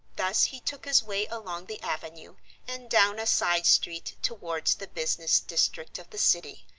thus he took his way along the avenue and down a side street towards the business district of the city,